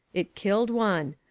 it killed one.